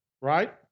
right